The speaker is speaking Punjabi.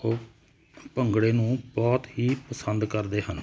ਅਤੇ ਉਹ ਭੰਗੜੇ ਨੂੰ ਬਹੁਤ ਹੀ ਪਸੰਦ ਕਰਦੇ ਹਨ